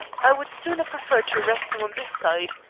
i would sooner prefer to arrest him on this side.